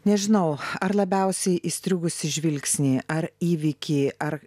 nežinau ar labiausiai įstrigusį žvilgsnį ar įvykį ar